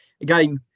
again